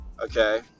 okay